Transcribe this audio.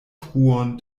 truon